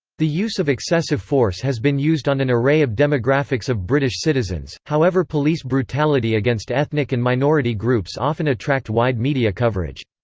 the use of excessive force has been used on an array of demographics of british citizens, however police brutality against ethnic and minority groups often attract wide media coverage.